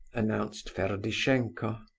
announced ferdishenko.